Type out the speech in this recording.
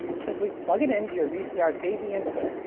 simply plug it into your vcr's a v input,